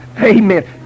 amen